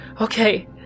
Okay